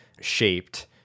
shaped